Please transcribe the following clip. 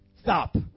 Stop